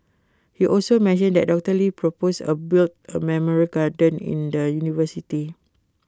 he also mentioned that doctor lee propose A build A memorial garden in the university